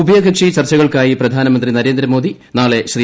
ഉഭയകക്ഷി ചർച്ചകൾക്കായി പ്രധാനമന്ത്രി നരേന്ദ്രമോദി നാളെ ശ്രീ